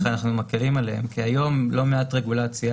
אנחנו מקלים עליהם כי היום בלא מעט רגולציה